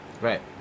right